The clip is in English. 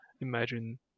imagine